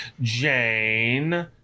Jane